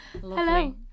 Hello